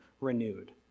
renewed